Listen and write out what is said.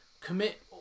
commit